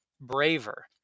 braver